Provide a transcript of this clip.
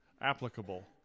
applicable